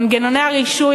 מנגנוני הרישוי,